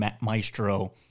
maestro